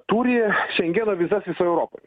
turi šengeno vizas visoj europoj